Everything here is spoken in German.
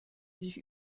sich